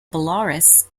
belarus